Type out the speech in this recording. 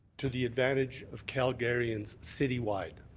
to the advantage of calgarians city-wide.